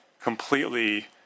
completely